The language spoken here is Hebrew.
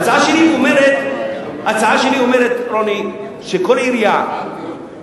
ההצעה שלי אומרת, רוני, שכל עירייה,